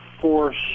force